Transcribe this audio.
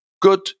good